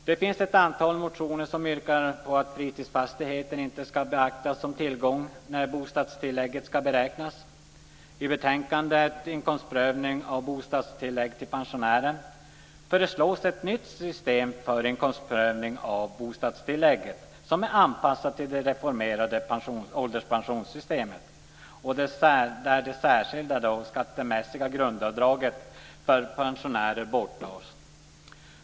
Det finns ett antal motioner som yrkar på att fritidsfastigheten inte ska beaktas som tillgång när bostadstilläget ska beräknas. I betänkandet Inkomstprövning av bostadstillägg till pensionärer föreslås ett nytt system för inkomstprövning av bostadstillägget som är anpassat till det reformerade ålderspensionssystemet och där det särskilda skattemässiga grundavdraget för pensionärer borttas.